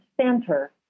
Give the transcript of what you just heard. center